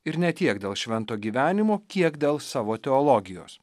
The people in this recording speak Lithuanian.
ir ne tiek dėl švento gyvenimo kiek dėl savo teologijos